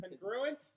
congruent